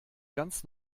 ganz